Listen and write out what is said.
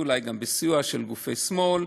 ואולי גם בסיוע של גופי שמאל,